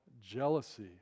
jealousy